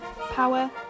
power